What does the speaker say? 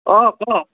অঁ ক